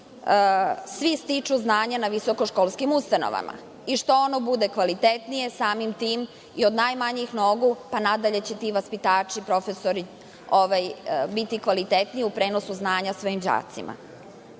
svi stiču znanje na visokoškolskim ustanovama. Što ono bude kvalitetnije, samim tim, i od najmanjih nogu pa nadalje će ti vaspitači, profesori biti kvalitetniji u prenosu znanja svojim